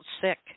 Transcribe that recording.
sick